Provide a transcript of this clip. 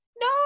No